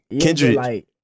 Kendrick